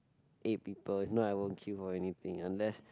eight people if not I won't queue for anything unless